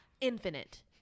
Infinite